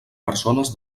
persones